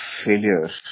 failure